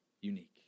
unique